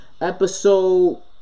episode